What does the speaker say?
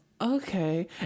okay